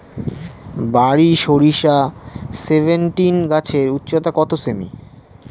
বারি সরিষা সেভেনটিন গাছের উচ্চতা কত সেমি?